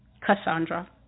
Cassandra